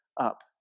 up